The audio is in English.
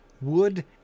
Wood